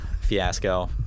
fiasco